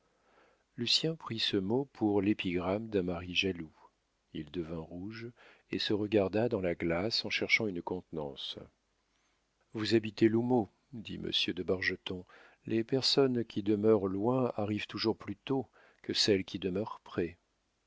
bargeton lucien prit ce mot pour l'épigramme d'un mari jaloux il devint rouge et se regarda dans la glace en cherchant une contenance vous habitez l'houmeau dit monsieur de bargeton les personnes qui demeurent loin arrivent toujours plus tôt que celles qui demeurent près